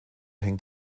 hängt